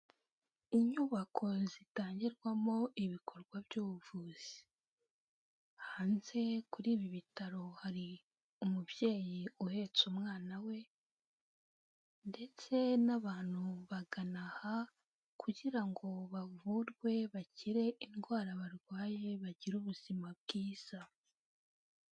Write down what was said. Inyubako zitangirwamo ibikorwa by'ubuvuzi, hanze kuri ibi bitaro hari umubyeyi uhetse umwana we ndetse n'abantu bagana aha kugira ngo bavurwe, bakire indwara barwaye, bagire ubuzima bwiza.